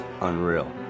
unreal